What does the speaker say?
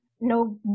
no